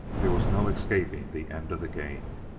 there was no escaping the end of the game.